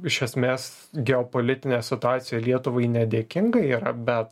iš esmės geopolitinė situacija lietuvai nedėkinga yra bet